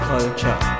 Culture